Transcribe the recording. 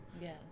Yes